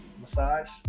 Massage